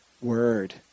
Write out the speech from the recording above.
word